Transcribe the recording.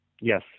yes